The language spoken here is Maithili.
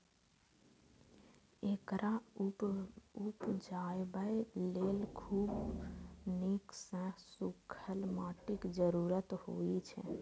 एकरा उपजाबय लेल खूब नीक सं सूखल माटिक जरूरत होइ छै